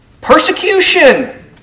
Persecution